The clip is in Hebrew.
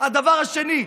הדבר השני,